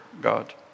God